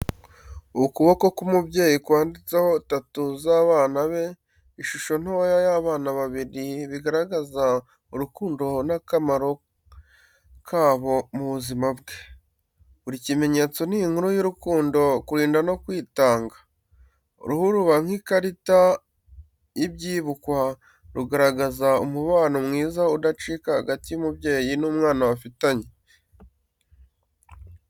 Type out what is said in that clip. Ukuboko k’umubyeyi kwanditseho tattoo z’abana be, ishusho ntoya y'abana babiri, bigaragaza urukundo n’akamaro kabo mu buzima bwe. Buri kimenyetso ni inkuru y’urukundo, kurinda no kwitanga. Uruhu ruba nk’ikarita y’ibyibukwa, rugaragaza umubano mwiza udacika hagati y’umubyeyi n’umwana bafitanye.